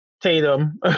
Tatum